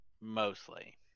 mostly